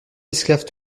esclave